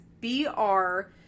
B-R